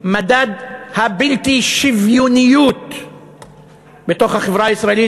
במדד האי-שוויוניות בחברה,